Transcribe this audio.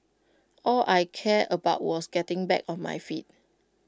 all I cared about was getting back on my feet